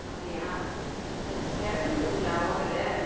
அப்படியா சரி திறந்துனுக்குதுங்களா ஓட்டல்